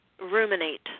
ruminate